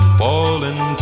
fallen